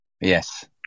Yes